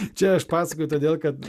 čia aš pasakoju todėl kad